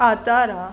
आर्तवारु आहे